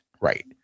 right